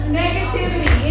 negativity